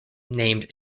named